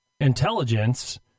intelligence